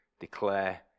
declare